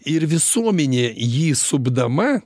ir visuomenė jį supdama